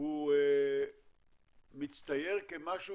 הוא מצטייר כמשהו